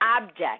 object